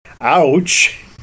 Ouch